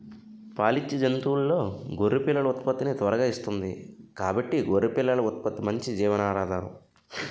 పాలిచ్చే జంతువుల్లో గొర్రె పిల్లలు ఉత్పత్తిని త్వరగా ఇస్తుంది కాబట్టి గొర్రె పిల్లల ఉత్పత్తి మంచి జీవనాధారం